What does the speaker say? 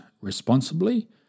responsibly